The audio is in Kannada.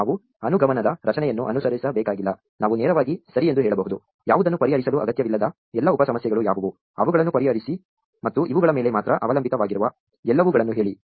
ನಾವು ಅನುಗಮನದ ರಚನೆಯನ್ನು ಅನುಸರಿಸಬೇಕಾಗಿಲ್ಲ ನಾವು ನೇರವಾಗಿ ಸರಿ ಎಂದು ಹೇಳಬಹುದು ಯಾವುದನ್ನು ಪರಿಹರಿಸಲು ಅಗತ್ಯವಿಲ್ಲದ ಎಲ್ಲಾ ಉಪ ಸಮಸ್ಯೆಗಳು ಯಾವುವು ಅವುಗಳನ್ನು ಪರಿಹರಿಸು ಮತ್ತು ಇವುಗಳ ಮೇಲೆ ಮಾತ್ರ ಅವಲಂಬಿತವಾಗಿರುವ ಎಲ್ಲವುಗಳನ್ನು ಹೇಳಿ